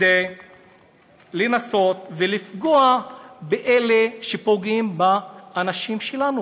כדי לנסות לפגוע באלה שפוגעים באנשים שלנו.